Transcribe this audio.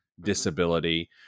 disability